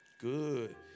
Good